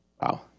Wow